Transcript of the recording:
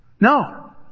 No